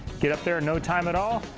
get up there and no time at all.